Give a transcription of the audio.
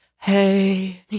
hey